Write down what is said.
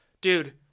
Dude